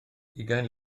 ugain